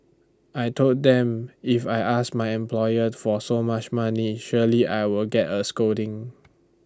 I Told them if I ask my employer for so much money surely I will get A scolding